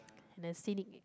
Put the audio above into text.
and a scenic